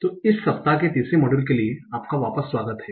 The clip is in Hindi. तो इस सप्ताह के तीसरे मॉड्यूल के लिए आपका वापस स्वागत है